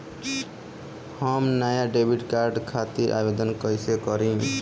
हम नया debit card खातिर आवेदन कईसे करी?